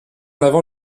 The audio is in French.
avant